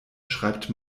schreibt